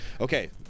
Okay